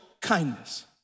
kindness